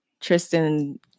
Tristan